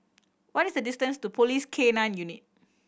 what is the distance to Police K Nine Unit